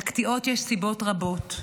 לקטיעות יש סיבות רבות.